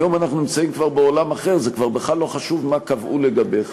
היום אנחנו נמצאים כבר בעולם אחר: זה כבר בכלל לא חשוב מה קבעו לגביך,